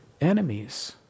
enemies